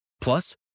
Plus